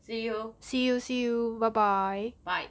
see you see you see you bye bye bye